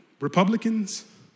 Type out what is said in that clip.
Republicans